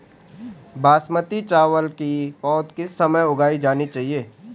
बासमती चावल की पौध किस समय उगाई जानी चाहिये?